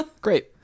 Great